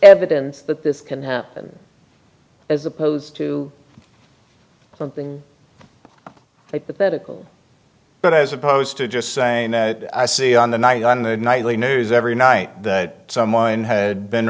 evidence that this can happen as opposed to something like the pedicle but as opposed to just saying that i see on the night on the nightly news every night that someone had been